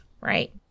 right